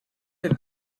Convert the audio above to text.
had